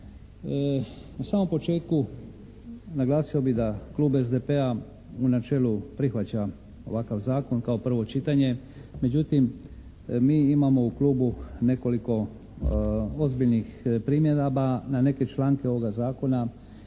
Na samom početku naglasio bi da klub SDP-a u načelu prihvaća ovakav zakon kao prvo čitanje. Međutim mi imamo u klubu nekoliko ozbiljnih primjedaba na neke članke ovoga zakona